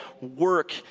work